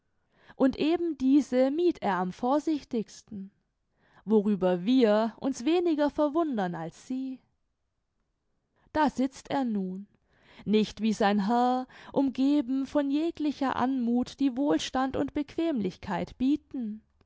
und eben diese mied er am vorsichtigsten worüber wir uns weniger verwundern als sie da sitzt er nun nicht wie sein herr umgeben von jeglicher anmuth die wohlstand und bequemlichkeit bieten